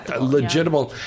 legitimate